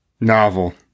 novel